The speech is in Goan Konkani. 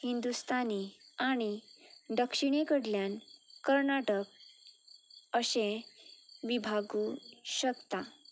हिंदुस्तानी आणी दक्षिणे कडल्यान कर्नाटक अशें विभागू शकता